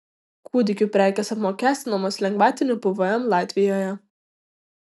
kūdikių prekės apmokestinamos lengvatiniu pvm latvijoje